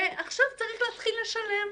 ועכשיו צריך להתחיל לשלם.